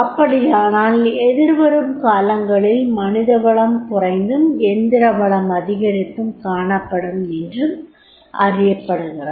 அப்படியானால் எதிர்வரும் காலங்களில் மனித வளம் குறைந்தும் எந்திர வளம் அதிகரித்தும் காணப்படும் என்று அறியப்படுகிறது